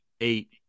eight